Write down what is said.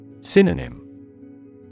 Synonym